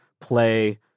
play